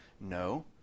No